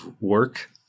work